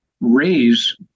raise